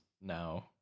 now